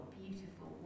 beautiful